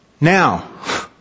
Now